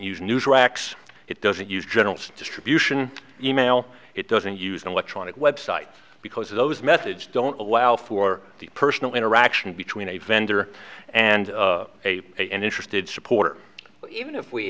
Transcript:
use news racks it doesn't use general distribution email it doesn't use an electronic website because those methods don't allow for the personal interaction between a vendor and a interested supporter even if we